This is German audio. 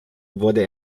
wurde